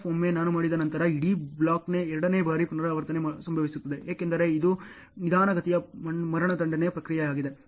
F ಒಮ್ಮೆ ನಾನು ಮಾಡಿದ ನಂತರ ಇಡೀ ಬ್ಲಾಕ್ನ ಎರಡನೇ ಬಾರಿ ಪುನರಾವರ್ತನೆ ಸಂಭವಿಸುತ್ತದೆ ಏಕೆಂದರೆ ಇದು ನಿಧಾನಗತಿಯ ಮರಣದಂಡನೆಯ ಪ್ರಕ್ರಿಯೆಯಾಗಿದೆ